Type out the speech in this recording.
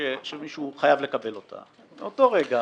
שמישהו חייב לקבל אותה, מאותו רגע